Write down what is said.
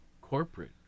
corporate